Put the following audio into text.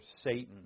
Satan